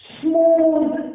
smooth